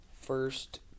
first